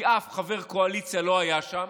כי אף חבר קואליציה לא היה שם,